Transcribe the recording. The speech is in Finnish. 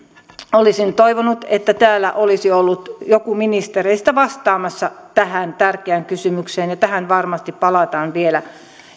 olisin toivonut että täällä olisi ollut joku ministereistä vastaamassa tähän tärkeään kysymykseen tähän varmasti palataan vielä